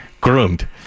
groomed